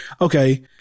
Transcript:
okay